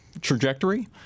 trajectory